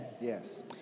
Yes